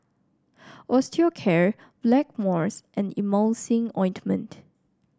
Osteocare Blackmores and Emulsying Ointment